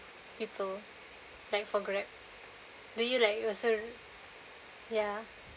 people like for Grab do you like also ya